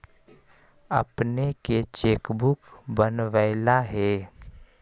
अपने के cheque book बनवइला हे